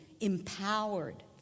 empowered